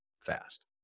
fast